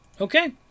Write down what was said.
Okay